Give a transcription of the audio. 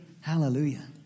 Hallelujah